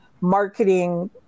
marketing